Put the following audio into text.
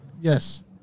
Yes